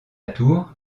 tour